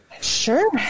Sure